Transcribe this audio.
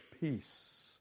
peace